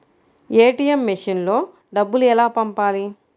ATM మెషిన్లో డబ్బులు ఎలా పంపాలి?